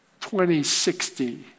2060